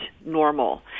normal